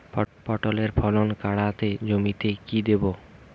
পটলের ফলন কাড়াতে জমিতে কি দেবো?